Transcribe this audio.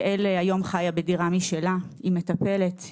יעל היום חיה בדירה משלה עם מטפלת,